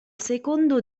secondo